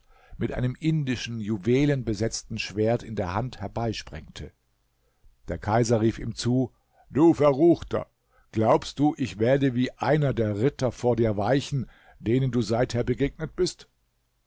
mit einem indischen juwelenbesetzten schwert in der hand herbeisprengte der kaiser rief ihm zu du verruchter glaubst du ich werde wie einer der ritter vor dir weichen denen du seither begegnet bist